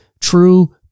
true